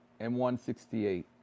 M168